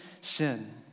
sin